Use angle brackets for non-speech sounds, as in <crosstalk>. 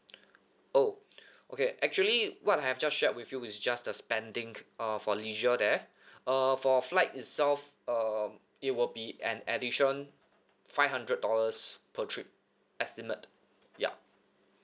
<noise> oh <breath> okay actually what I have just shared with you is just the spending uh for leisure there <breath> uh for flight itself uh it will be an addition five hundred dollars per trip estimate ya